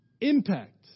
impact